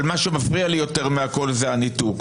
אבל מה שמפריע לי יותר מכול זה הניתוק.